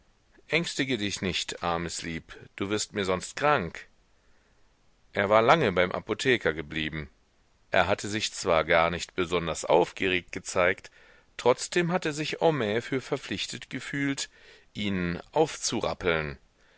ängstige dich nicht armes lieb du wirst mir sonst krank er war lange beim apotheker geblieben er hatte sich zwar gar nicht besonders aufgeregt gezeigt trotzdem hatte sich homais für verpflichtet gefühlt ihn aufzurappeln